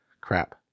crap